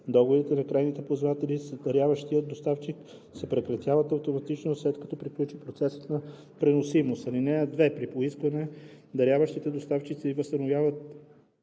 Договорите на крайните ползватели с даряващия доставчик се прекратяват автоматично, след като приключи процесът на преносимост. (2) При поискване даряващите доставчици възстановяват